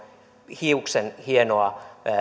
hiuksenhienoa